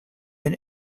been